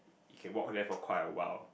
you can walk there for quite a while